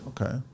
Okay